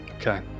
Okay